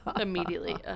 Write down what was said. Immediately